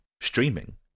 streaming